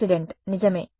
incident నిజమే